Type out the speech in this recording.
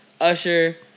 Usher